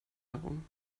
darum